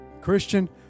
Christian